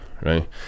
Right